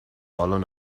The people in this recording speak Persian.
بالن